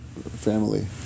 family